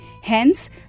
Hence, �